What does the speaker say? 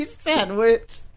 sandwich